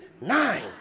nine